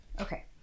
Okay